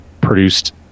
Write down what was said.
produced